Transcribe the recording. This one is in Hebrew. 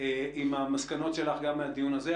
עם המסקנות שלך גם מהדיון הזה,